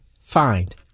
Find